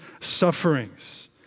sufferings